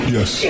Yes